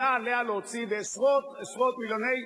היה עליה להוציא עשרות עשרות מיליוני,